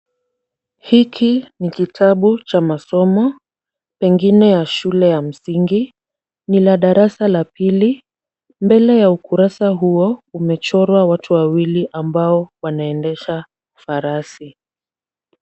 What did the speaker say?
Hiki ni kitabu cha masomo, pengine ya shule ya msingi. Ni la darasa la pili. Mbele ya ukurasa huo umechorwa watu wawili ambao wanaendesha farasi.